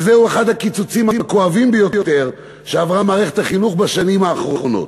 זהו אחד הקיצוצים הכואבים ביותר שעברה מערכת החינוך בשנים האחרונות.